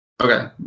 Okay